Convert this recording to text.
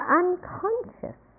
unconscious